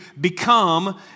become